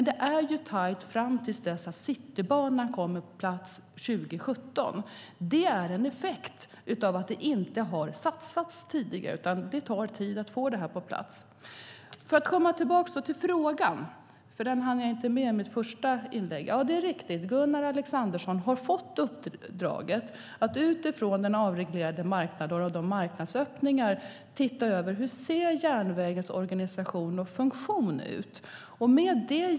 Det är dock tajt fram till dess att Citybanan kommer på plats 2017. Det är en effekt av att det inte har satsats tidigare. Det tar tid att få det här på plats. För att komma tillbaka till frågan, som jag inte hann med i mitt tidigare inlägg: Ja, det är riktigt - Gunnar Alexandersson har fått uppdraget att utifrån den avreglerade marknaden och marknadsöppningarna titta över hur järnvägens organisation och funktion ser ut.